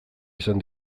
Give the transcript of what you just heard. izan